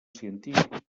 científic